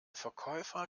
verkäufer